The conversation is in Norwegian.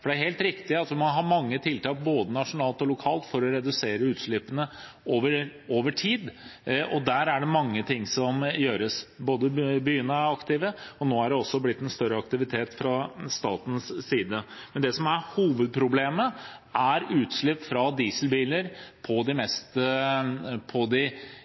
det er helt riktig at man har mange tiltak både nasjonalt og lokalt for å redusere utslippene over tid, og der er det mange ting som gjøres. Byene er aktive, og nå er det også blitt større aktivitet fra statens side. Men det som er hovedproblemet, er utslippet fra dieselbiler noen dager om vinteren hvor det er stillestående luft, på de mest